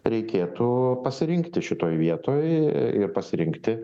reikėtų pasirinkti šitoj vietoj ir pasirinkti